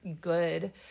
good